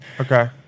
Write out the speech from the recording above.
Okay